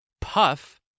Puff